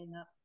up